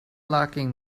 lacking